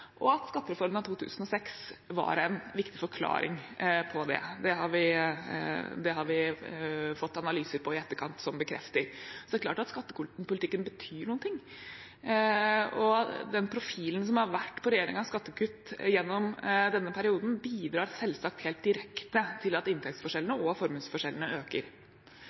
og at skattereformen av 2006 var en viktig forklaring på det. Vi har fått analyser i etterkant som bekrefter det. Det er klart at skattepolitikken betyr noe, og den profilen som har vært på regjeringens skattekutt gjennom denne perioden, bidrar selvsagt helt direkte til at inntektsforskjellene og formuesforskjellene øker.